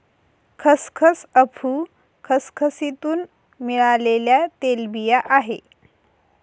खसखस अफू खसखसीतुन मिळालेल्या तेलबिया आहे